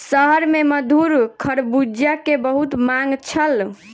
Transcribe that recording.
शहर में मधुर खरबूजा के बहुत मांग छल